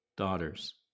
daughters